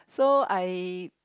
so I